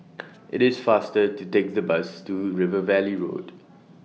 IT IS faster to Take The Bus to River Valley Road